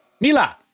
Mila